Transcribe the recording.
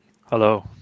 Hello